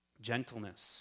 Gentleness